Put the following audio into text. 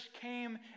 came